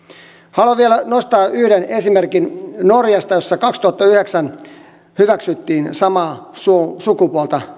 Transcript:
haluan vielä nostaa yhden esimerkin norjasta jossa kaksituhattayhdeksän hyväksyttiin samaa sukupuolta